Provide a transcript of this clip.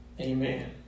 Amen